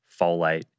folate